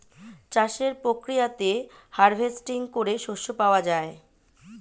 চাষের প্রক্রিয়াতে হার্ভেস্টিং করে শস্য পাওয়া যায়